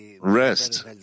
Rest